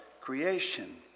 creation